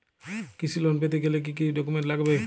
কৃষি লোন পেতে গেলে কি কি ডকুমেন্ট লাগবে?